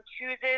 chooses